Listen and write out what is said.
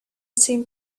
seemed